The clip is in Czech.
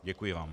Děkuji vám.